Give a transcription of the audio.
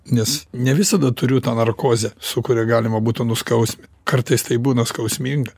nes ne visada turiu tą narkozę su kuria galima būtų nuskausmint kartais tai būna skausminga